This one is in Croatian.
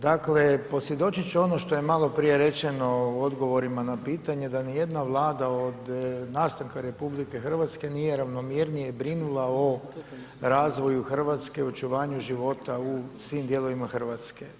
Dakle, posvjedočiti ću ono što je maloprije rečeno u odgovorima na pitanje, da ni jedna vlada odnosno nastanka RH, nije ravnomjernije brinula o razvoju Hrvatske, očuvanju života u svim dijelovima Hrvatske.